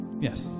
Yes